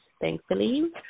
thankfully